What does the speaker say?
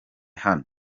hano